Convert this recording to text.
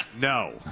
No